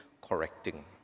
correcting